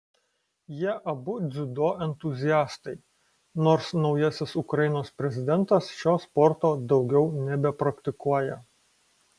jie abu dziudo entuziastai nors naujasis ukrainos prezidentas šio sporto daugiau nebepraktikuoja